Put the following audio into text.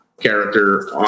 Character